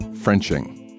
Frenching